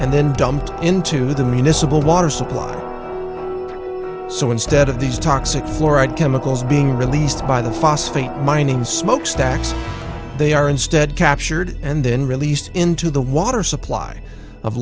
then dumped into the municipal water supply so instead of these toxic fluoride chemicals being released by the phosphate mining smokestacks they are instead captured and then released into the water supply of